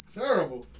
terrible